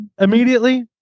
immediately